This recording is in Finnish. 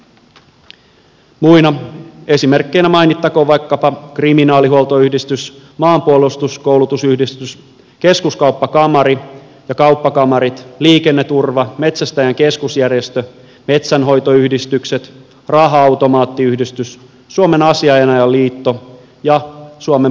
muina esimerkkeinä mainittakoon vaikkapa kriminaalihuoltoyhdistys maanpuolustuskoulutusyhdistys keskuskauppakamari ja kauppakamarit liikenneturva metsästäjäin keskusjärjestö metsänhoitoyhdistykset raha automaattiyhdistys suomen asianajajaliitto ja suomen punainen risti